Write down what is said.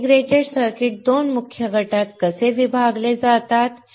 integrated circuits 2 मुख्य गटात कसे विभागले जातात